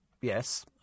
Yes